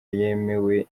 yemewe